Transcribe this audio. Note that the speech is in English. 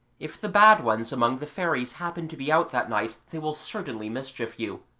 if the bad ones among the fairies happen to be out that night they will certainly mischief you,